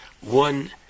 one